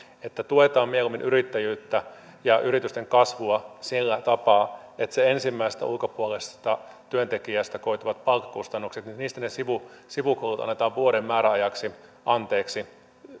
että tuetaan mieluummin yrittäjyyttä ja yritysten kasvua sillä tapaa että ensimmäisestä ulkopuolisesta työntekijästä koituvista palkkakustannuksista sivukulut annetaan vuoden määräajaksi anteeksi